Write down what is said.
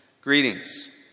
greetings